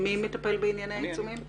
מי מטפל בענייני העיצומים?